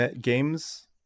games